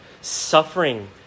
suffering